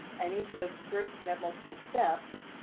and each of those scripts can have multiple steps.